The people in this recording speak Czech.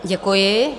Děkuji.